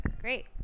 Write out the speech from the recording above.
great